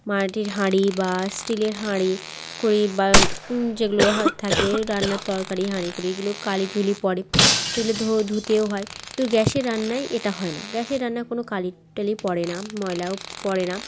মাটির হাঁড়ি বা স্টিলের হাঁড়ি কুড়ি বা যেগুলো থাকে রান্নার তরকারি হাঁড়ি কুড়িগুলো কালি ঝুলি পড়ে সেগুলো ধুতেও হয় তো গ্যাসের রান্নায় এটা হয় না গ্যাসের রান্নায় কোনো কালি টালি পড়ে না ময়লাও পড়ে না